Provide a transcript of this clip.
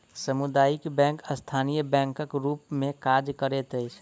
सामुदायिक बैंक स्थानीय बैंकक रूप मे काज करैत अछि